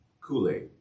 kool-aid